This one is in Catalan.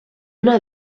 una